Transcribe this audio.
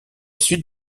suite